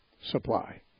supply